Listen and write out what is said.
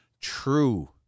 true